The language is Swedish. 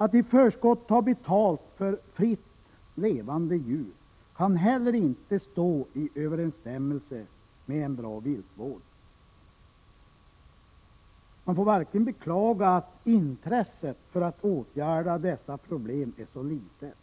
Att i förskott ta betalt för fritt levande djur kan heller inte stå i överensstämmelse med en bra viltvård. Man får beklaga att intresset för att åtgärda dessa problem är så litet;